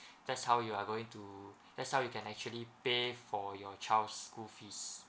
that's how you are going to that's how you can actually pay for your child's school fees